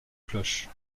cloche